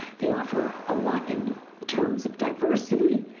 they offer a lot in terms of diversity.